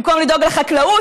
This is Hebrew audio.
במקום לדאוג לחקלאות,